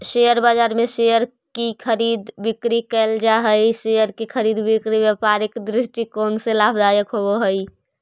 share बाजार में share की खरीद बिक्री कैल जा हइ शेयर के खरीद बिक्री व्यापारिक दृष्टिकोण से लाभदायक होवऽ हइ